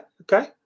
okay